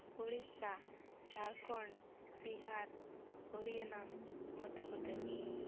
Odisha Jharkhand Bihar Haryana Madhya Pradesh